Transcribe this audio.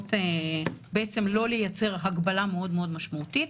שיכולות לא לייצר הגבלה מאוד מאוד משמעותית,